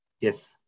Yes